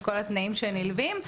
כל התנאים שנלווים,